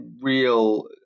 real